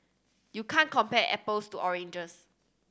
you can't compare apples to oranges